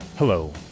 Hello